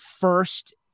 first